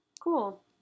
Cool